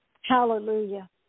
Hallelujah